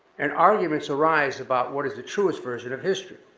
and arguments arise about what is the truest version of history?